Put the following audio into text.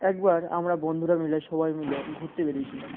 একবার আমরা বন্ধুরা মিলে সবাই মিলে ঘুরতে বেরিয়েছিলাম